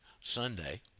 Sunday